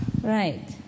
Right